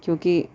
کیونکہ